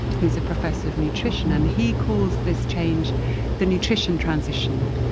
he's a professor of nutrition and he calls this change the nutrition transition.